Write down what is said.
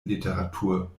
literatur